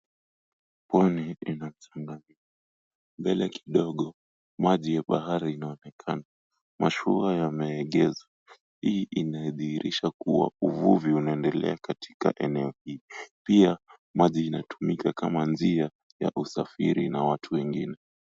Pwani ina mchanga, mbele kidogo maji ya bahari inaonekana, mashua yameegezwa hii inadhihirisha kua uvuvi unaendelea katika eneo hii pia maji inatumika kama njia ya usafiri na watu wengine.